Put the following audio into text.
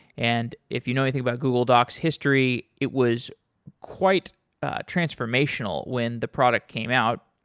and if you know anything about google docs' history, it was quite transformational when the product came out.